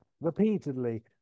repeatedly